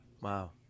Wow